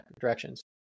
directions